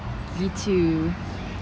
gitu